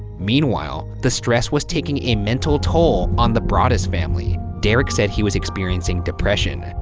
meanwhile, the stress was taking a mental toll on the broaddus family. derek said he was experiencing depression.